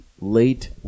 late